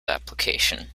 application